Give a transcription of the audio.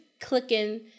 clicking